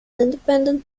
independent